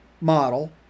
model